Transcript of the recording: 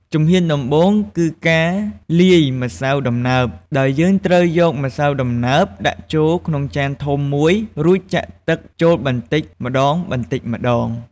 ជំហានដំបូងគឺការលាយម្សៅដំណើប ដោយយើងត្រូវយកម្សៅដំណើបដាក់ចូលក្នុងចានធំមួយ រួចចាក់ទឹកចូលបន្តិចម្តងៗ។